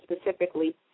specifically